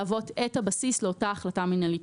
שיוכל להגיע לבית משפט באופן פרונטלי,